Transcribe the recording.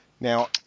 Now